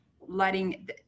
letting